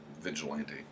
Vigilante